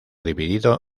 dividido